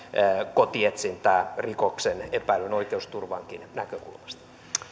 kotietsintää rikoksesta epäillyn oikeusturvankin näkökulmasta